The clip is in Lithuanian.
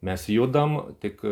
mes judam tik